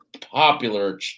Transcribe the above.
popular